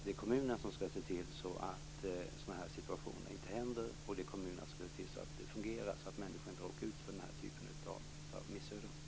Det är kommunen som skall se till att sådana här situationer inte uppstår, och det är kommunen som skall se till att det fungerar så att människor inte råkar ut för den här typen av missöden.